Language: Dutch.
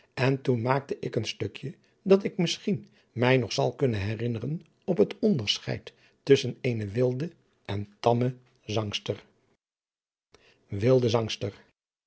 en toen maakte ik een stukje dat ik misschien mij nog zal kunnen herinneren op het onderscheid tusschen eene wilde en tamme zangster wilde zangster